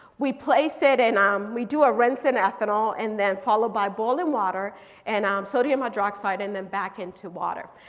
we place it, and um we do a rinse in ethanol and then follow by boiling water and um sodium hydroxide and then back into water.